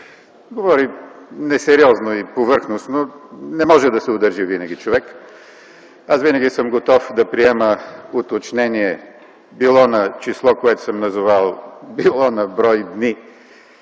говори несериозно и повърхностно, не може да се сдържи винаги човек. Винаги съм готов да приема уточнение било на число, което съм назовал, било на брой дни,